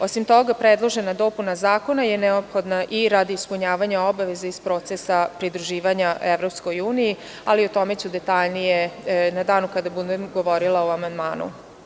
Osim toga, predložena dopuna zakona je neophodna i radi ispunjavanja obaveza iz procesa pridruživanja EU, ali o tome ću detaljnije u danu kada budem govorila o amandmanu.